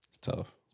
Tough